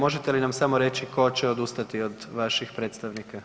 Možete li nam samo reći tko će odustati od vaših predstavnika?